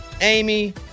Amy